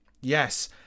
Yes